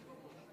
כבוד היושב-ראש,